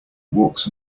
walks